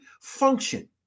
function